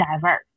diverse